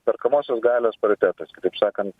perkamosios galios paritetas kitaip sakant